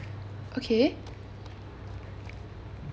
okay